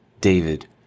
David